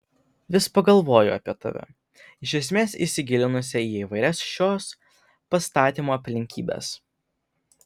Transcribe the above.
vis pagalvoju apie tave iš esmės įsigilinusią į įvairias šios pastatymo aplinkybes